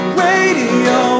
radio